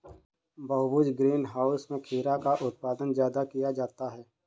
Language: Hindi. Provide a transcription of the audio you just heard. बहुभुज ग्रीन हाउस में खीरा का उत्पादन ज्यादा किया जाता है